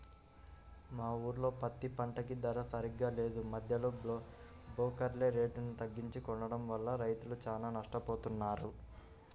మా ఊర్లో పత్తి పంటకి ధర సరిగ్గా లేదు, మద్దెలో బోకర్లే రేటుని తగ్గించి కొనడం వల్ల రైతులు చానా నట్టపోతన్నారు